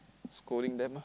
scolding them